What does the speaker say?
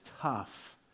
tough